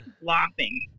Laughing